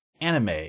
anime